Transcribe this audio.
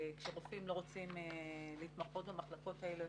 וכשרופאים לא רוצים להתמחות במחלקות האלה,